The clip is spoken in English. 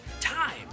time